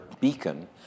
beacon